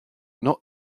not